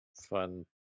fun